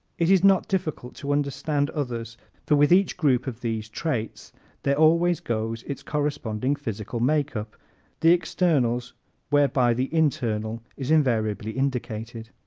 it is not difficult to understand others for with each group of these traits there always goes its corresponding physical makeup the externals whereby the internal is invariably indicated.